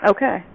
Okay